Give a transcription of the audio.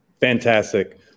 Fantastic